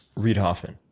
reid hoffman.